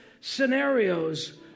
scenarios